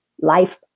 life